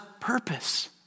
purpose